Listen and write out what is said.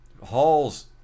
Hall's